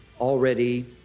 already